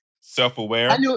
Self-aware